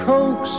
Coax